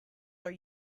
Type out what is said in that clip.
are